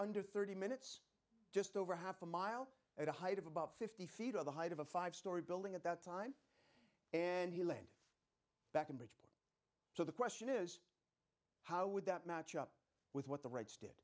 under thirty minutes just over half a mile at a height of about fifty feet of the height of a five story building at that time and he landed back in bridgeport so the question is how would that match up with what the reds did